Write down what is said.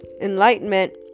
enlightenment